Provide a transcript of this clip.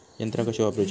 यंत्रा कशी वापरूची?